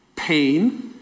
pain